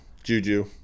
Juju